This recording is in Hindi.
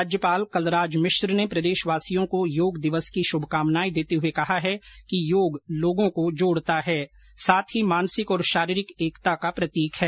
राज्यपाल कलराज मिश्र ने प्रदेशवासियों को योग दिवस की शुभकामनाएं देते हुए कहा है कि योग लोगों को जोड़ता है साथ ही मानसिक और शारीरिक एकता का प्रतीक है